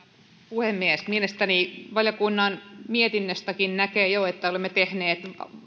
puhemies valiokunnan mietinnöstäkin näkee jo että olemme tehneet